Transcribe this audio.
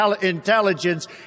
intelligence